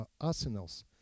arsenals